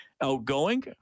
outgoing